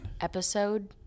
episode